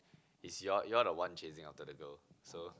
is your your are the one chasing after the goal so